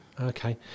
Okay